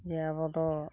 ᱡᱮ ᱟᱵᱚ ᱫᱚ